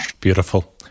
Beautiful